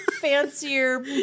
fancier